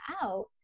out